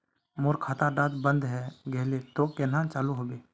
मोर खाता डा बन है गहिये ते कन्हे चालू हैबे?